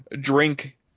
drink